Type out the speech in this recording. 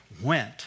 went